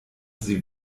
sie